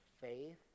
faith